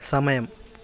സമയം